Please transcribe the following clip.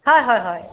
হয় হয় হয়